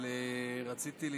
הוא